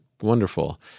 wonderful